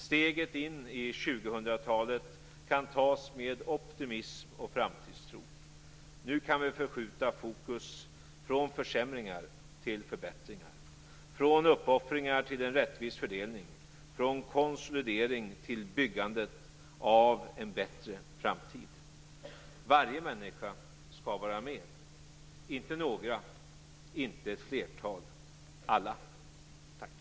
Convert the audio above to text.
Steget in i 2000-talet kan tas med optimism och framtidstro. Nu kan vi förskjuta fokus från försämringar till förbättringar, från uppoffringar till en rättvis fördelning, från konsolidering till byggandet av en bättre framtid. Varje människa skall vara med - inte några, inte ett flertal - alla!